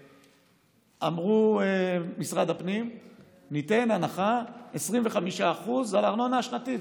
אמרו במשרד הפנים שייתנו הנחה של 25% בארנונה השנתית.